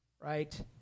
right